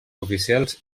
oficials